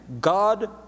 God